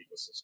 ecosystem